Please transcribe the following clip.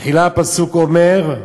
בתחילה הפסוק אומר: